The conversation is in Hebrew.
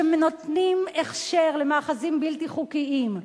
שנותנת הכשר למאחזים בלתי חוקיים,